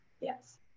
Yes